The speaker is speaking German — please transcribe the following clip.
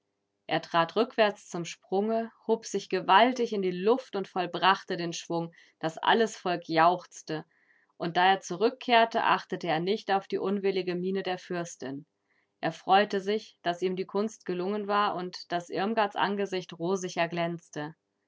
er trat rückwärts zum sprunge hob sich gewaltig in die luft und vollbrachte den schwung daß alles volk jauchzte und da er zurückkehrte achtete er nicht auf die unwillige miene der fürstin er freute sich daß ihm die kunst gelungen war und daß irmgards angesicht rosig erglänzte